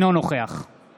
נוכח